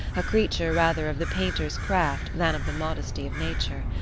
a creature rather of the painter's craft than of the modesty of nature,